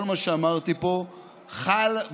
הדבר השני הוא שכל מה שאמרתי פה חל ויחול,